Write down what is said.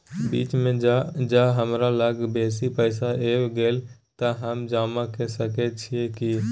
बीच म ज हमरा लग बेसी पैसा ऐब गेले त हम जमा के सके छिए की?